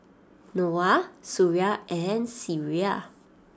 Noah Suria and Syirah